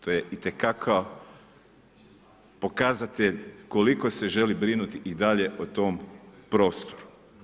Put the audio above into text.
To je itekako pokazatelj koliko se želi brinuti i dalje o tom prostoru.